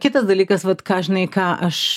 kitas dalykas vat ką žinai ką aš